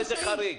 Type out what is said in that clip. איזה חריג?